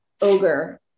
ogre